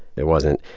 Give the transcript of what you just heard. there wasn't,